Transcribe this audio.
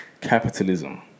capitalism